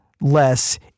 less